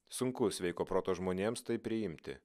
sunku sveiko proto žmonėms tai priimti